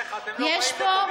יש פה, איך?